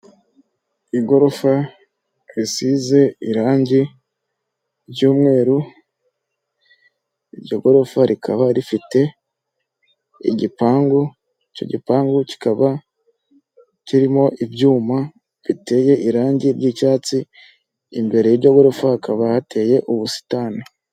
Igorofa risize irange ry'umweru iryo gorofa rikaba rifite igipangu icyo gipangu kikaba kirimo ibyuma biteye irangi ry'icyatsi imbere yiryo gorofa hakaba hateye ubusitani.